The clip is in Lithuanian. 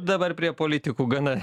dabar prie politikų gana